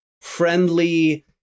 friendly